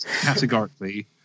categorically